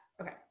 Okay